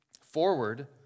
Forward